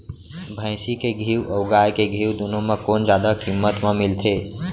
भैंसी के घीव अऊ गाय के घीव दूनो म कोन जादा किम्मत म मिलथे?